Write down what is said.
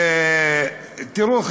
תראו,